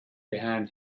behind